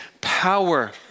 power